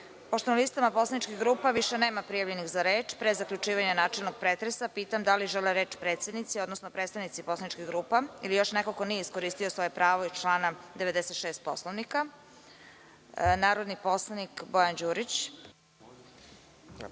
Hvala. Pošto na listama poslaničkih grupa više nema prijavljenih za reč, pre zaključivanja načelnog pretresa pitam da li žele reč predsednici, odnosno predstavnici poslaničkih grupa ili još neko ko nije iskoristio svoje pravo iz člana 96. Poslovnika? Narodni poslanik Bojan Đurić.